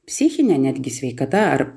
psichine netgi sveikata ar